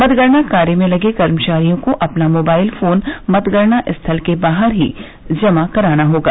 मतगणना कार्य में लगे कर्मचारियों को अपना मोबाइल फोन मतगणना स्थल के बाहर ही जमा कराना होगा